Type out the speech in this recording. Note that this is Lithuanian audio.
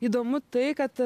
įdomu tai kad